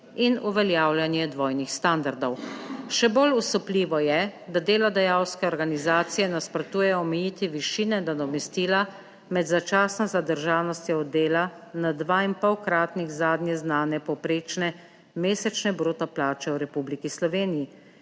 in uveljavljanje dvojnih standardov. Še bolj osupljivo je, da delodajalske organizacije nasprotujejo omejitvi višine nadomestila med začasno zadržanostjo od dela na 2,5-kratnik zadnje znane povprečne mesečne bruto plače v Republiki Sloveniji,